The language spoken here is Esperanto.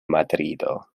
madrido